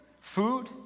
Food